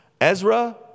Ezra